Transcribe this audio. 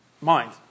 mind